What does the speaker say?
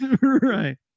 Right